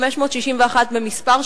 561 במספר,